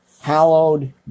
hallowed